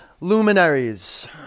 luminaries